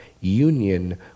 union